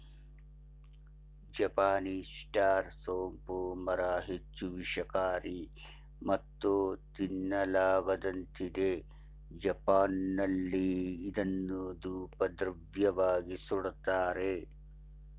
Japanese star ಸೋಂಪು ಮರ ಹೆಚ್ಚು ವಿಷಕಾರಿ ಮತ್ತು ತಿನ್ನಲಾಗದಂತಿದೆ ಜಪಾನ್ನಲ್ಲಿ ಅದನ್ನು ಧೂಪದ್ರವ್ಯವಾಗಿ ಸುಡ್ತಾರೆ